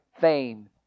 fame